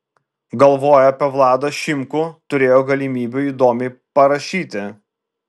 galvojo apie vladą šimkų turėjo galimybių įdomiai parašyti